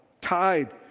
tied